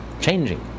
changing